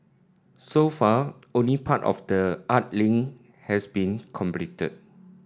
so far only part of the art link has been completed